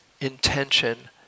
intention